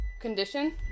condition